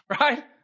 Right